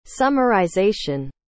summarization